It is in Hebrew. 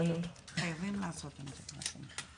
אבל חייבים לעשות עם זה משהו.